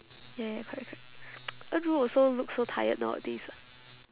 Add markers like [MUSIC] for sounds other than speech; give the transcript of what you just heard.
ya ya correct correct [NOISE] en ru also look so tired nowadays like